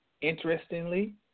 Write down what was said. interestingly